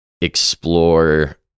explore